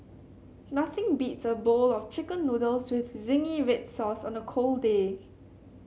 nothing beats a bowl of Chicken Noodles with zingy red sauce on a cold day